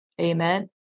Amen